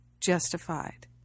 justified